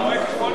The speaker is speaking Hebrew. אתה רואה כחול,